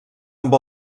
amb